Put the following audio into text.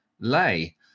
lay